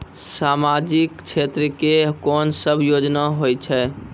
समाजिक क्षेत्र के कोन सब योजना होय छै?